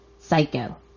Psycho